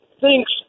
thinks